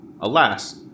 Alas